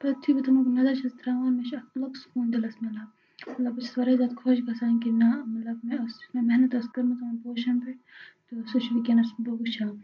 پَتہٕ یِتھُے بہٕ تِمَن نَظَر چھَس ترٛاوان مےٚ چھُ اکھ مَطلَب سکوٗن دِلَس مِلان مَطلَب بہِ چھَس واریاہ زیادٕ خۄش گَژھان کہِ نہَ مَطلَب نہَ محنَت ٲسِم کٔرمٕژ یِمن پوشَن پیٹھ سُہ چھُ وٕنکیٚنَس بہٕ وٕچھان